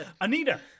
Anita